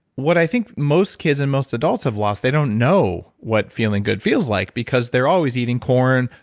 what i think most kids and most adults have lost, they don't know what feeling good feels like because they're always eating corn,